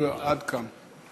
עד כאן.